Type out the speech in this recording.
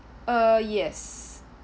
uh yes